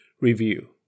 review